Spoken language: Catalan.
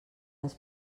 les